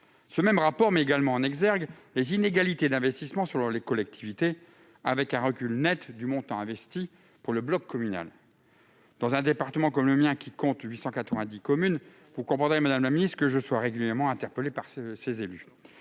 Ce même rapport met également en exergue les inégalités d'investissement selon les collectivités, avec un recul net du montant investi pour le bloc communal. Dans un département comme le mien, qui compte 890 communes, vous comprendrez, madame la ministre, que je sois régulièrement interpellé par les élus.